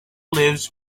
lives